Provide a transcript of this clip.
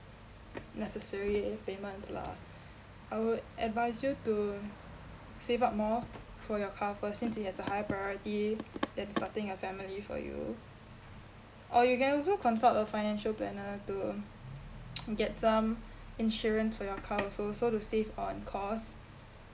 necessary payment lah I would advise you to save up more for your car first since it has a high priority than starting a family for you or you can also consult a financial planner to get some insurance for your car also so to save on costs